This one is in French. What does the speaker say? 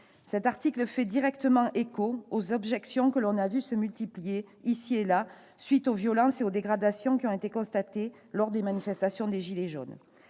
Cet article fait directement écho aux objections que l'on a vu se multiplier ici et là, suite aux violences et aux dégradations qui ont été constatées lors des manifestations de « gilets jaunes